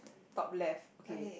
top left okay